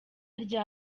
rya